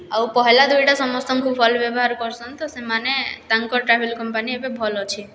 ଆଉ ପହେଲା ଦୁଇଟା ସମସ୍ତଙ୍କୁ ଭଲ୍ ବ୍ୟବହାର୍ କର୍ସନ୍ ତ ସେମାନେ ତାଙ୍କର୍ ଟ୍ରାଭେଲ୍ କମ୍ପାନୀ ଏବେ ଭଲ୍ ଅଛେ